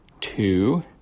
Two